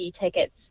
tickets